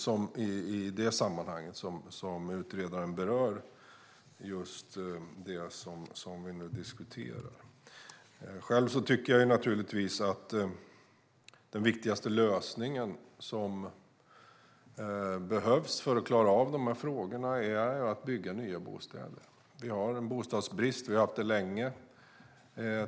Det är i detta sammanhang som utredaren berör det som vi nu diskuterar. Själv tycker jag naturligtvis att den viktigaste lösning som behövs för att klara av dessa frågor är att bygga nya bostäder. Vi har bostadsbrist - vi har haft det länge.